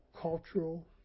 cultural